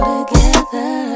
together